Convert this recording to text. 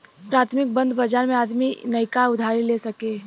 प्राथमिक बंध बाजार मे आदमी नइका उधारी ले सके